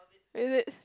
is it